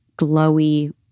glowy